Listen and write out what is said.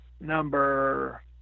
number